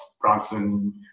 Bronson